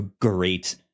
great